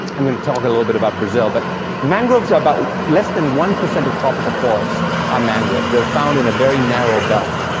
i'm going to talk a little bit about brazil, but mangroves are about less than one percent of tropical forests are mangroves, they're found in a very narrow belt,